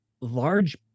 large